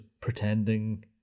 pretending